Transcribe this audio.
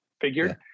figured